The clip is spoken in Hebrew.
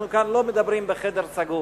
אנחנו לא מדברים כאן בחדר סגור,